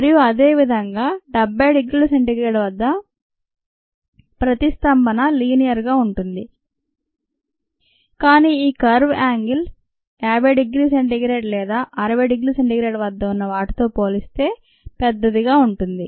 మరియు అదే విధంగా 70 డిగ్రీ c వద్ద ప్రతిస్పందన లినియర్ గా ఉంటుంది కానీ ఈ కర్వ్ యాంగిల్ 50 డిగ్రీ c లేదా 60 డిగ్రీ c వద్ద ఉన్న వాటితో పోలిస్తే పెద్దదిగా ఉంటుంది